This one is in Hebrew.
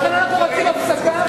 לכן אנחנו רוצים הפסקה,